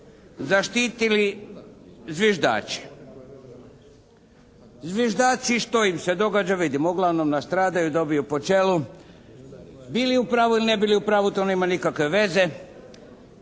zaštitili zviždače. Zviždači što im se događa vidimo uglavnom nastradaju, dobiju po čelu, bili u pravi ne bili u pravu to nema nikakve veze.